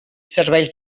serveis